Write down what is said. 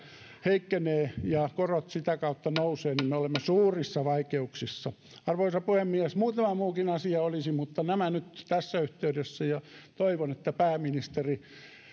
heikkenee ja korot sitä kautta nousevat niin me olemme suurissa vaikeuksissa arvoisa puhemies muutama muukin asia olisi mutta nämä nyt tässä yhteydessä toivon että pääministeri